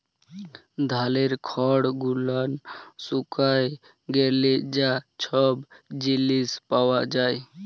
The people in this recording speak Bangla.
ধালের খড় গুলান শুকায় গ্যালে যা ছব জিলিস পাওয়া যায়